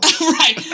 right